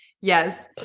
Yes